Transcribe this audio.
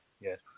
Yes